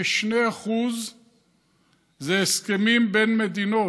כ-2% זה הסכמים בין מדינות,